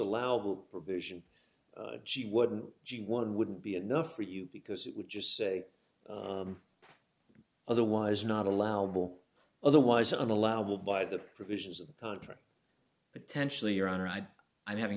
allowable provision she wouldn't gee one dollar wouldn't be enough for you because it would just say otherwise not allowable otherwise an allowable by the provisions of the contract potentially your honor i am having